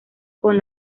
con